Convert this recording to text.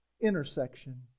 intersection